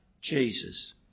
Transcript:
Jesus